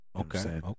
Okay